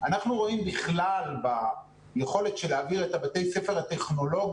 אנחנו רואים בכלל ביכולת של להעביר את בתי הספר הטכנולוגיים